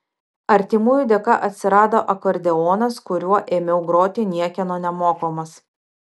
artimųjų dėka atsirado akordeonas kuriuo ėmiau groti niekieno nemokomas